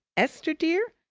esther dear!